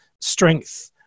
strength